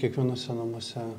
kiekvienuose namuose